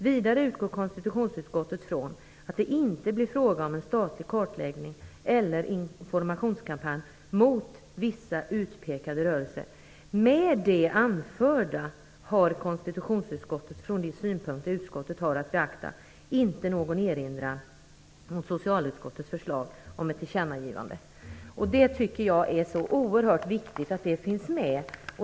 Vidare utgår konstitutionsutskottet från att det inte blir fråga om en statlig kartläggning eller informationskampanj mot vissa utpekade rörelser. Med det anförda har konstitutionsutskottet från de synpunkter utskottet har att beakta inte någon erinran mot socialutskottets förslag om ett tillkännagivande." Det är oerhört viktigt att det finns med.